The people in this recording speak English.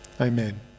Amen